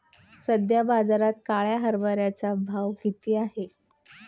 सध्या बाजारात काळ्या हरभऱ्याचा भाव किती आहे?